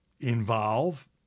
involve